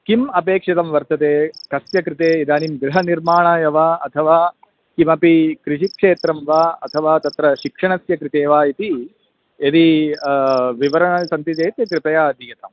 किम् अपेक्षितं वर्तते कस्य कृते इदानीं गृहनिर्माणाय वा अथवा किमपि कृषिक्षेत्रं वा अथवा तत्र शिक्षणस्य कृते वा इति यदि विवरणं सन्ति चेत् कृपया दीयताम्